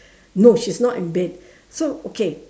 no she's not in bed so okay